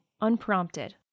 unprompted